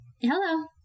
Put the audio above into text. Hello